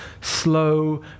slow